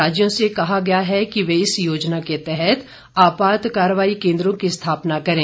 राज्यों से कहा गया है कि वे इस योजना के तहत आपात कार्रवाई केन्द्रों की स्थापना करें